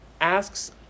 asks